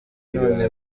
none